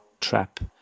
trap